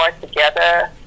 together